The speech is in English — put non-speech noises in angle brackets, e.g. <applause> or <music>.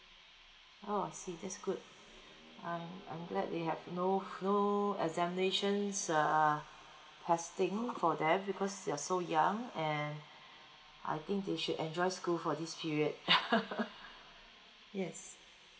oh I see that's good um I'm glad they have no no examinations uh testing for them because they're so young and I think they should enjoy school for this period <laughs> yes